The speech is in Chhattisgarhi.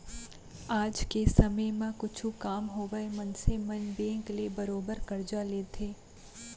आज के समे म कुछु काम होवय मनसे मन बेंक ले बरोबर करजा लेथें